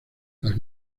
las